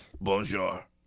Bonjour